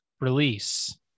release